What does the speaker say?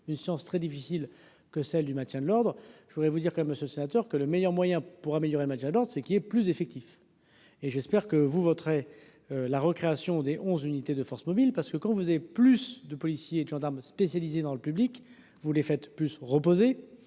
une science très difficile que celle du maintien de l'ordre, je voudrais vous dire quand même, ce sénateur que le meilleur moyen pour améliorer ma déjà dense, c'est qu'il y ait plus effectif et j'espère que vous voterez la recréation dès 11 unités de forces mobiles parce que quand vous avez plus. 2 policiers et de gendarmes spécialisés dans le public, vous les faites plus reposé